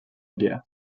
guerre